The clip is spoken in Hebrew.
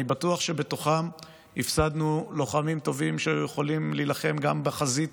אני בטוח שבתוכם הפסדנו לוחמים טובים שהיו יכולים להילחם גם בחזית